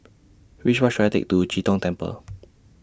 Which Bus should I Take to Chee Tong Temple